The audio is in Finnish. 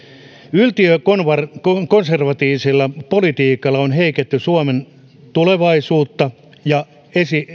yltiökonservatiivisella politiikalla on heikennetty suomen tulevaisuutta ja